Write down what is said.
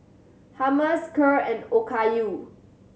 Hummus Kheer and Okayu